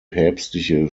päpstliche